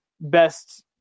best